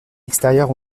extérieures